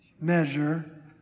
measure